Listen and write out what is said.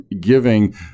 giving